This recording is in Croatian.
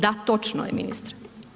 Da, točno je ministre.